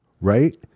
Right